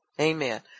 Amen